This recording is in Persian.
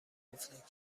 گفتند